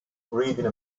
reading